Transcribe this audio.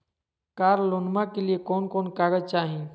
कार लोनमा के लिय कौन कौन कागज चाही?